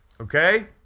Okay